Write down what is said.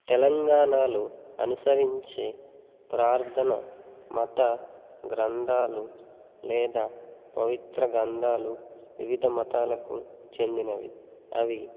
తెలంగాణలో అనుసరించే ప్రార్థన మత గ్రంథాలు లేదా పవిత్ర గ్రంథాలు వివిధ మతాలకు చెందినవి అవి